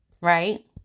right